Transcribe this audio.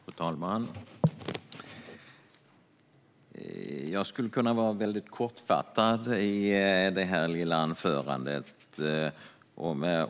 Fru talman! Jag skulle kunna vara väldigt kortfattad i detta lilla anförande.